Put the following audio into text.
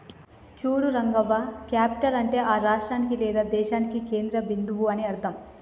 చూడు రంగవ్వ క్యాపిటల్ అంటే ఆ రాష్ట్రానికి లేదా దేశానికి కేంద్ర బిందువు అని అర్థం